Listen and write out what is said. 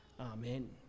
Amen